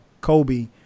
Kobe